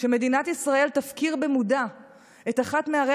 שמדינת ישראל תפקיר במודע את אחת מערי